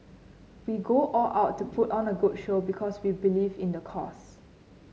we go all out to put on a good show because we believe in the cause